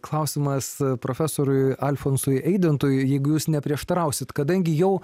klausimas profesoriui alfonsui eidintui jeigu jūs neprieštarausit kadangi jau